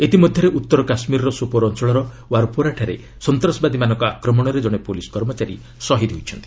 ଇତି ମଧ୍ୟରେ ଉତ୍ତର କାଶ୍କୀରର ସୋପୋର ଅଞ୍ଚଳର ୱାର୍ପୋରାଠାରେ ସନ୍ତାସବାଦୀମାନଙ୍କ ଆକ୍ରମଣରେ ଜଣେ ପୁଲିସ୍ କର୍ମଚାରୀ ସହୀଦ୍ ହୋଇଛନ୍ତି